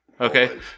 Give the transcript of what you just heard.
Okay